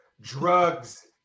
drugs